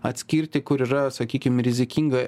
atskirti kur yra sakykim rizikinga